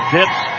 Dips